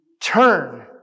turn